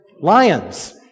lions